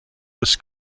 des